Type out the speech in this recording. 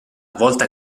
volta